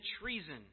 treason